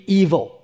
evil